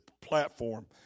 platform